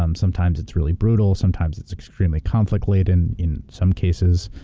um sometimes it's really brutal. sometimes it's extremely conflict-laden. in some cases,